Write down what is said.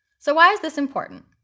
so why is this important?